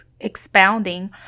expounding